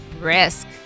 risk